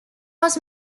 was